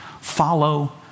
follow